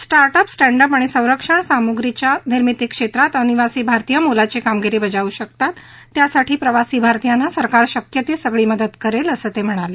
startup standup आणि संरक्षण सामुग्रीच्या निर्मिती क्षेत्रात अनिवासी भारतीय मोलाची कामगिरी बजावू शकतात त्यासाठी प्रवासी भारतीयांना सरकार शक्य ती सगळी मदत करेल असं ते म्हणाले